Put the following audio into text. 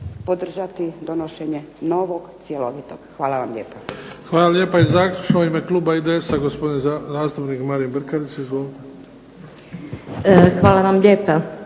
podržati donošenje novog cjelovitog. Hvala vam lijepa.